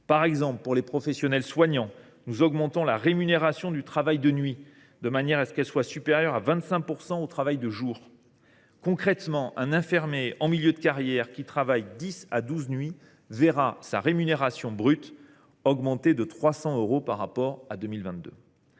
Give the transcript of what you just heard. Par exemple, pour les professionnels soignants, nous augmenterons la rémunération du travail de nuit, de manière qu’elle soit supérieure de 25 % à celle du travail de jour. Concrètement, un infirmier en milieu de carrière qui aura travaillé de dix à douze nuits par mois verra sa rémunération mensuelle brute augmenter de 300 euros par rapport à 2022.